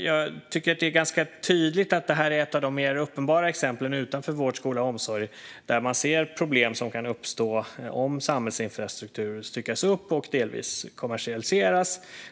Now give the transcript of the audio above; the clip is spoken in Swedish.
Jag tycker att detta är ett av de mer uppenbara exemplen, utanför vård, skola och omsorg, där man ser problem som kan uppstå om samhällsinfrastruktur styckas upp och delvis kommersialiseras.